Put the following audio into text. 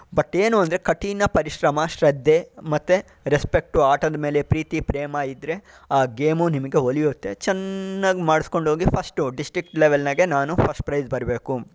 but ಏನು ಅಂದರೆ ಕಠಿಣ ಪರಿಶ್ರಮ ಶ್ರದ್ಧೆ ಮತ್ತೆ ರೆಸ್ಪೆಕ್ಟು ಆಟದ ಮೇಲೆ ಪ್ರೀತಿ ಪ್ರೇಮ ಇದ್ದರೆ ಆ ಗೇಮು ನಿಮಗೆ ಒಲಿಯುತ್ತೆ ಚೆನ್ನಾಗಿ ಮಾಡಿಸ್ಕೊಂಡೋಗಿ ಫಸ್ಟು ಡಿಸ್ಟ್ರಿಕ್ ಲೆವೆಲ್ನಾಗೆ ನಾನು ಫಸ್ಟ್ ಪ್ರೈಸ್ ಬರಬೇಕು